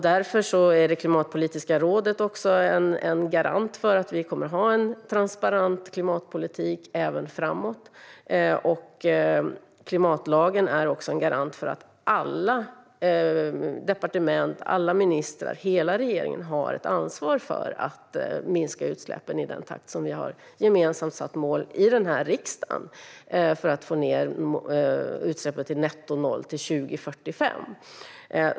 Det klimatpolitiska rådet är en garant för en transparent klimatpolitik även framöver. Klimatlagen är också en garant för att alla departement, alla ministrar och hela regeringen har ett ansvar för att minska utsläppen i den takt som vi gemensamt i den här riksdagen satt upp som mål för att få ned utsläppen till netto noll 2045.